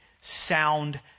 sound